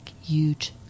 huge